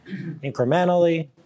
incrementally